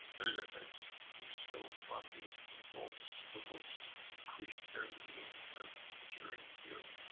benefits bestowed upon the evil-disposed increase their means of injuring you.